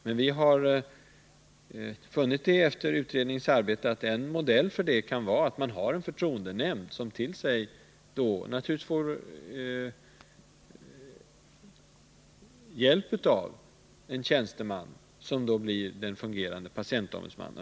Men vi har funnit, efter utredningens arbete, att en modell kan vara en förtroendenämnd, som naturligtvis får hjälp av en tjänsteman som då blir den fungerande patientombudsmannen.